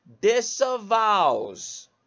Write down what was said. disavows